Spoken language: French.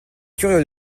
curieux